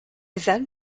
then